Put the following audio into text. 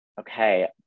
Okay